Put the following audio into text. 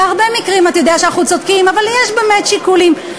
בהרבה מקרים אתה יודע שאנחנו צודקים אבל יש באמת שיקולים,